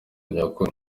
nyakuri